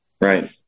right